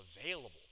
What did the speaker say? available